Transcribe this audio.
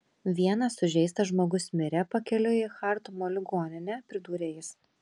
vienas sužeistas žmogus mirė pakeliui į chartumo ligonę pridūrė jis